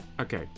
Okay